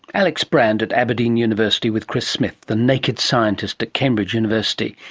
alex brand at aberdeen university with chris smith, the naked scientist at cambridge university.